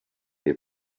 they